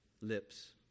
lips